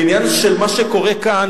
בעניין של מה שקורה כאן,